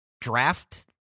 draft